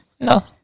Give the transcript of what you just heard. no